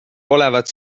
olevat